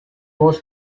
was